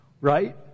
Right